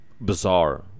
bizarre